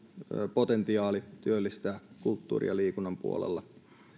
potentiaali työllistää kulttuurin ja liikunnan puolella